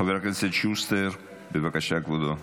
חבר הכנסת שוסטר, בבקשה, כבודו.